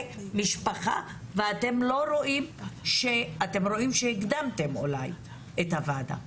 משפחה והאם אתם רואים שהקדמתם אולי את הוועדה?